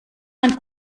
man